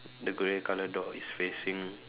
the grey colour dog is facing